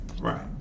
Right